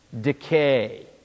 decay